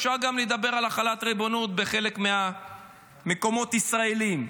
אפשר גם לדבר על החלת ריבונות בחלק מהמקומות הישראליים.